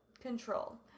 control